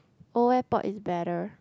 Old-Airport is better